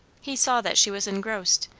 he saw that she was engrossed,